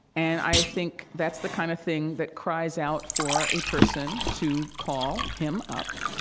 and i think that's the kind of thing that cries out for a person to call him up